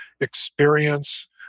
experience